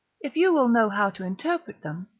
if you will know how to interpret them,